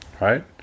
right